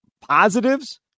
Positives